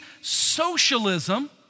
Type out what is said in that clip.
socialism